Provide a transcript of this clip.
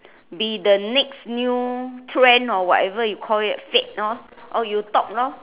be the next new trend or whatever you call it fad lor or you talk lor